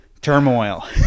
Turmoil